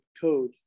code